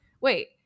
wait